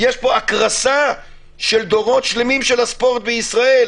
יש פה הקרסה של דורות שלמים של הספורט בישראל.